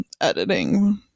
editing